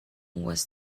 was